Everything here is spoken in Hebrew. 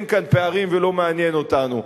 אין כאן פערים ולא מעניין אותנו,